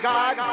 God